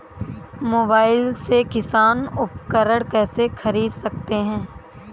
Mobile से किसान उपकरण कैसे ख़रीद सकते है?